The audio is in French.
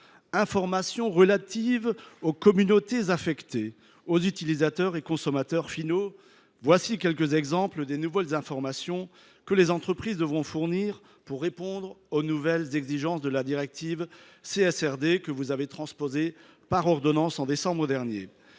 informations relatives aux communautés affectées, aux utilisateurs et consommateurs finaux… Voici quelques exemples des nouvelles informations que les entreprises devront fournir pour répondre aux nouvelles exigences de la directive CSRD () que vous avez transposée par ordonnance en décembre dernier.